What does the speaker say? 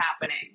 happening